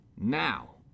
Now